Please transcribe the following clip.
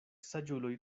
saĝuloj